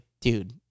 dude